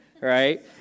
right